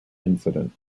incident